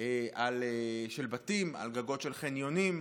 של בתים, על גגות של חניונים.